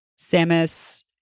Samus